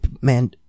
man